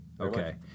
Okay